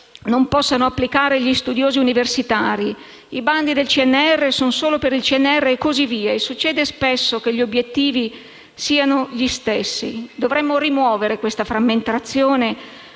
non possono applicare gli studiosi universitari: i bandi del CNR sono per il solo CNR e così via e spesso gli obiettivi sono gli stessi. Dovremmo rimuovere questa frammentazione,